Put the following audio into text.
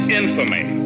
infamy